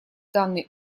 данный